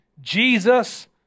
Jesus